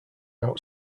out